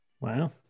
wow